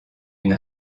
une